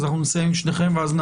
השיטה שבה